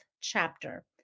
chapter